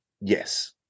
Yes